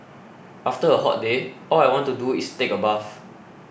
after a hot day all I want to do is take a bath